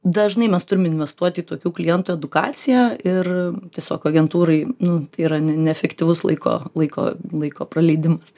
dažnai mes turim investuoti į tokių klientų edukaciją ir tiesiog agentūrai nu yra ne neefektyvus laiko laiko laiko praleidimas